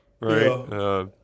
right